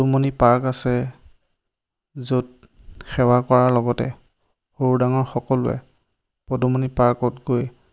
Padumoni park আছে য'ত সেৱা কৰাৰ লগতে সৰু ডাঙৰ সকলোৱে পদুমণি পাৰ্কত গৈ